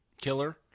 Killer